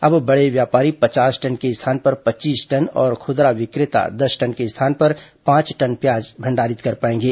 अब बड़े व्यापारी पचास टन के स्थान पर पच्चीस टन और खुदरा वि क्रे ता दस टन के स्थान पर पांच टन प्याज भंडारित कर पाएंगे